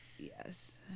Yes